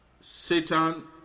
Satan